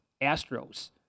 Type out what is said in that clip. Astros